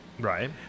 Right